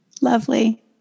Lovely